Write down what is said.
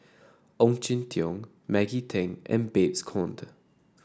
Ong Jin Teong Maggie Teng and Babes Conde